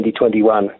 2021